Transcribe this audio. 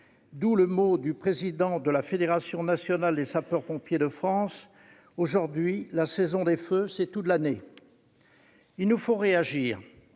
D'où le mot du président de la Fédération nationale des sapeurs-pompiers de France :« Aujourd'hui, la saison des feux, c'est toute l'année. » Il nous faut réagir,